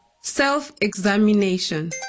Self-examination